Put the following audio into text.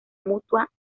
mutua